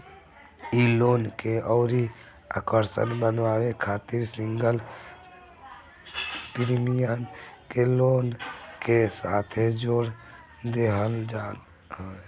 इ लोन के अउरी आकर्षक बनावे खातिर सिंगल प्रीमियम के लोन के साथे जोड़ देहल जात ह